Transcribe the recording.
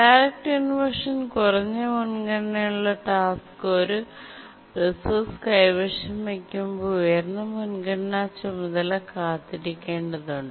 direct ഇൻവെർഷൻൽ കുറഞ്ഞ മുൻഗണനയുള്ള ടാസ്ക് ഒരു റിസോഴ്സ് കൈവശം വയ്ക്കുമ്പോൾ ഉയർന്ന മുൻഗണനാ ചുമതല കാത്തിരിക്കേണ്ടതുണ്ട്